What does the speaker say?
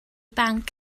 banc